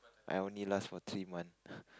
I only last for three month